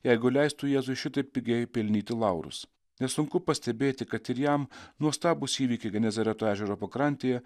jeigu leistų jėzui šitaip pigiai pelnyti laurus nesunku pastebėti kad ir jam nuostabūs įvykiai genezareto ežero pakrantėje